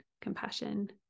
compassion